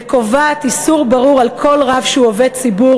וקובעת איסור ברור על כל רב שהוא עובד ציבור